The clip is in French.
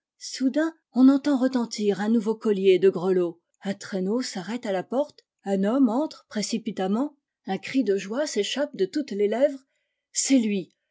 soudain on entend retentir un nouveau collier de grelots un traîneau s'arrête à la porte un homme entre précipitamment un cri de joie s'échappe de toutes les lèvres c'est lui